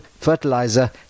fertilizer